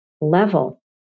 level